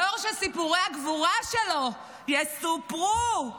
הדור שסיפורי הגבורה שלו עוד יסופרו,